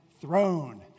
throne